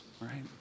right